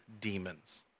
demons